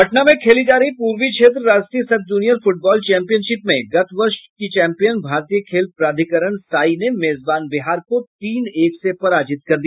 पटना में खेली जा रही पूर्वी क्षेत्र राष्ट्रीय सब जूनियर फुटबॉल चैंपियनशिप में गत वर्ष की चैंपियन भारतीय खेल प्राधिकरण साई ने मेजबान बिहार को तीन एक से पराजित कर दिया